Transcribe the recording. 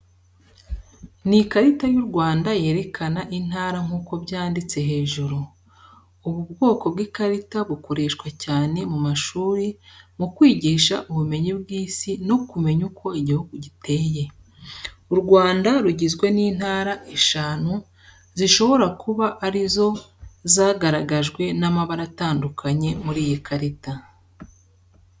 Ni karita y'u Rwanda yerekana intara nk’uko byanditse hejuru. Ubu bwoko bw’ikarita bukoreshwa cyane mu mashuri mu kwigisha ubumenyi bw’Isi no kumenya uko igihugu giteye. U Rwanda rugizwe n’intara eshanu zishobora kuba ari zo zagaragajwe n’amabara atandukanye muri iyi karita.